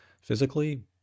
physically